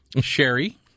Sherry